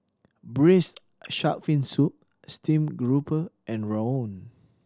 Braised Shark Fin Soup Steamed Garoupa and rawon